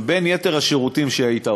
בין יתר השירותים שהיא נתנה,